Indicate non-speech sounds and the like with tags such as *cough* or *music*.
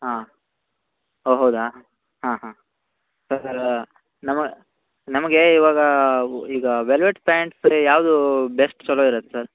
ಹಾಂ ಓ ಹೌದಾ ಹಾಂ ಹಾಂ ಸರಾ ನಮ ನಮಗೆ ಇವಾಗ ಈಗ ವೆಲ್ವೆಟ್ ಪ್ಯಾಂಟ್ಸ್ *unintelligible* ಯಾವುದು ಬೆಸ್ಟ್ ಛಲೋ ಇರತ್ತೆ ಸರ್